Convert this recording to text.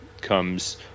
comes